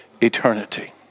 eternity